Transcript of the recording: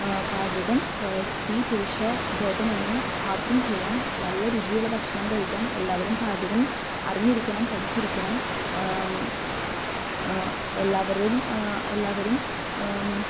പാചകം സ്ത്രീ പുരുഷ ഭേദമന്യേ ആർക്കും ചെയ്യാം നല്ല രുചിയുള്ള ഭക്ഷണം കഴിക്കാൻ എല്ലാവരും പാചകം അറിഞ്ഞിരിക്കണം പഠിച്ചിരിക്കണം എല്ലാവരും എല്ലാവരും